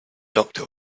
doctor